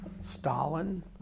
Stalin